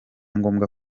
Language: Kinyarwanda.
ngombwa